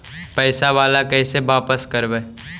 पैसा बाला कैसे बापस करबय?